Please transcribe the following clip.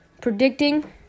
predicting